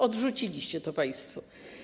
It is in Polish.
Odrzuciliście go państwo.